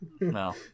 No